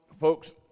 folks